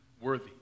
worthy